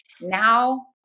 Now